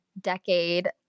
decade